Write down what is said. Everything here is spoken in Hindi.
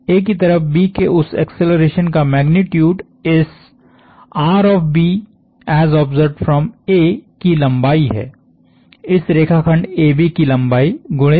A की तरफ B के उस एक्सेलरेशन का मैग्नीट्यूड इसकी लंबाई है इस रेखाखंड AB की लंबाई गुणितहै